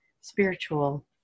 spiritual